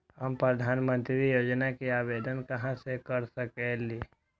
हम प्रधानमंत्री योजना के आवेदन कहा से कर सकेली?